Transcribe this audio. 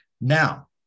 Now